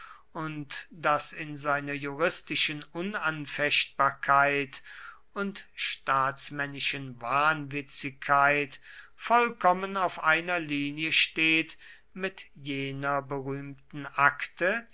und das in seiner juristischen unanfechtbarkeit und staatsmännischen wahnwitzigkeit vollkommen auf einer linie steht mit jener berühmten akte